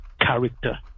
character